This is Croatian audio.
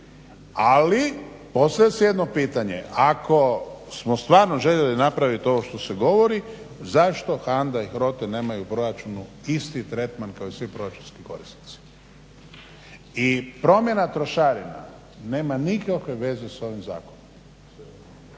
Ali postavlja se jedno pitanje ako smo stvarno željeli napravit ovo što se govori zašto HANDA i HROT nemaju u proračunu isti tretman kao i svi proračunski korisnici. I promjena trošarina nema nikakve veze sa ovim zakonom.